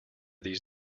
these